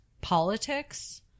politics